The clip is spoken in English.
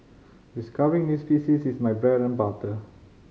discovering new species is my bread and butter